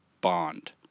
bond